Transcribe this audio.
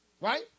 right